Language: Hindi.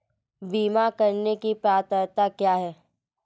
बीमा करने की पात्रता क्या है?